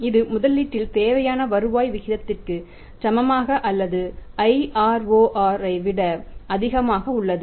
இது முதலீட்டில் தேவையான வருவாய் விகிதத்திற்கு சமமாக அல்லது IROR விட அதிகமாக உள்ளது